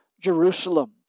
Jerusalem